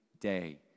day